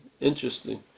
Interesting